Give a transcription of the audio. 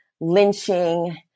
lynching